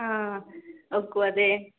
ആ ഓക്കു അതെ